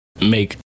make